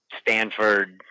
Stanford